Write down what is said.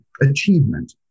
achievement